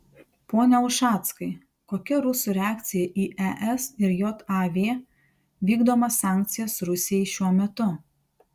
pone ušackai kokia rusų reakcija į es ir jav vykdomas sankcijas rusijai šiuo metu